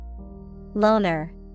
Loner